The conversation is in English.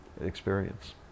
experience